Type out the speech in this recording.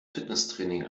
fitnesstraining